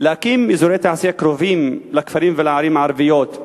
להקים אזורי תעשייה קרובים לכפרים ולערים הערביות,